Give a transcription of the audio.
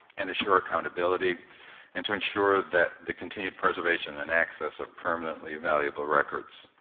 and ensure accountability and to ensure that the continued preservation and access of permanently valuable records.